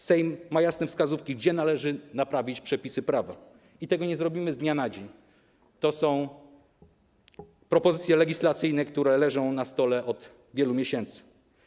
Sejm ma jasne wskazówki, gdzie należy naprawić przepisy prawa, i tego nie zrobimy z dnia na dzień, to są propozycje legislacyjne, które leżą na stole od wielu miesięcy.